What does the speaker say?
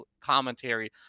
commentary